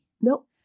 Nope